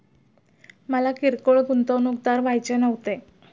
मला किरकोळ गुंतवणूकदार व्हायचे नव्हते